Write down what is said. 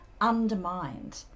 undermined